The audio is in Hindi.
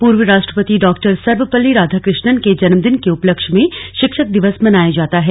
पूर्व राष्ट्रपति डॉक्टर सर्वपल्ली राधाकृष्णन के जन्मदिन के उपलक्ष्य में शिक्षक दिवस मनाया जाता है